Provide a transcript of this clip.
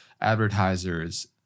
advertisers